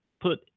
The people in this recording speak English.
put